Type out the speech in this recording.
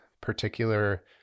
particular